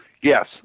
yes